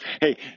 Hey